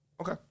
Okay